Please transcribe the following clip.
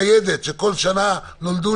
משמרת שנייה ואזרחי בשעה שלוש,